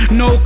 no